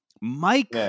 Mike